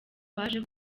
baje